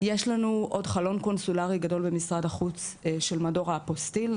יש לנו עוד חלון קונסולרי גדול במשרד החוץ של מדור האפוסטיל,